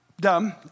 dumb